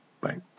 Bye